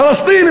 פלסטינים,